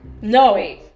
No